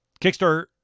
Kickstarter